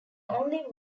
only